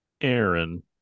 Aaron